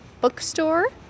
bookstore